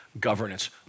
governance